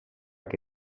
que